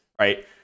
right